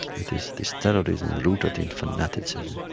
it is this terrorism rooted in fanaticism.